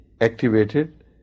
activated